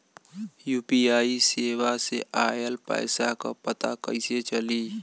UPI सेवा से ऑयल पैसा क पता कइसे चली?